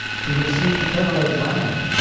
she had seen pharaoh drown,